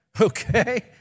okay